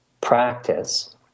practice